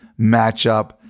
matchup